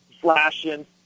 flashing